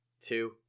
Two